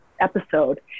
episode